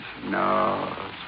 No